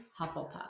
Hufflepuff